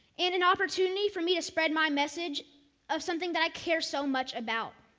and an opportunity for me to spread my message of something that i care so much about.